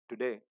today